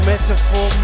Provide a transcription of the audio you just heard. metaphor